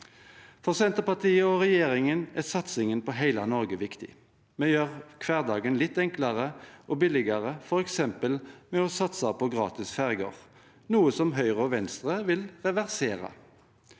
For Senterpartiet og regjeringen er satsingen på hele Norge viktig. Vi gjør hverdagen litt enklere og billigere ved f.eks. å satse på gratis ferger – noe som Høyre og Venstre vil reversere.